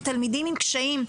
זה תלמידים עם קשיים,